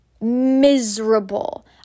Miserable